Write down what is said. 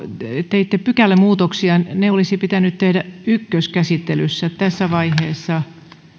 teitte pykälämuutoksia ne olisi pitänyt tehdä ykköskäsittelyssä tässä vaiheessa